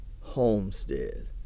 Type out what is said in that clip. homestead